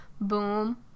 Boom